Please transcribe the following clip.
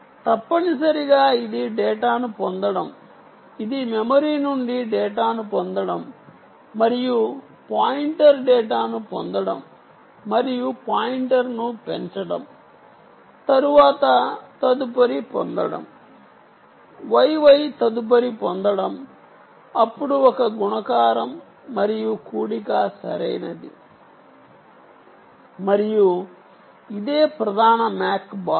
తప్పనిసరిగా ఇది డేటాను పొందడం ఇది మెమరీ నుండి డేటాను పొందడం మరియు పాయింటర్ డేటాను పొందడం మరియు పాయింటర్ను పెంచడం తరువాత తదుపరి పొందడం yy తదుపరి పొందడం అప్పుడు ఒక గుణకారం మరియు కూడిక సరైనది మరియు ఇదే ప్రధాన MAC భాగం